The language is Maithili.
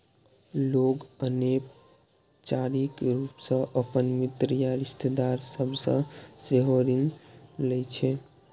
लोग अनौपचारिक रूप सं अपन मित्र या रिश्तेदार सभ सं सेहो ऋण लै छै